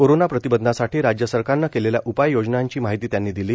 corona प्रतिबंधासाठी राज्य सरकारनं केलेल्या उपाय योजनांची माहिती त्यांनी दिली